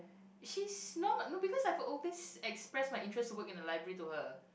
she's not no because I've always expressed my interest to work in a library to her